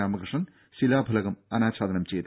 രാമകൃഷ്ണൻ ശിലാഫലകം അനാച്ഛാദനം ചെയ്തു